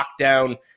lockdown